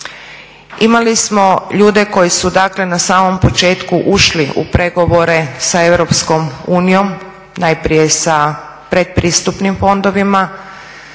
Imali smo ljude koji su dakle na samom početku ušli u pregovore sa Europskom unijom najprije sa pretpristupnim fondovima.